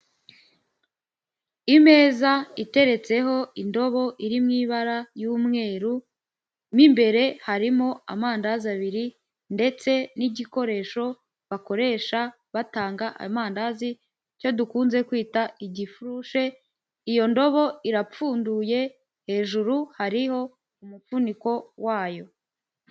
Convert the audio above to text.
imeza iteretseho indobo iri mu ibara ry'umweru bimbere harimo amandazi abiri ndetse n'igikoresho bakoresha batanga amandazi cyo dukunze kwita igifurushe iyo ndobo irapfunduye hejuru hariho umupfuniko wayo.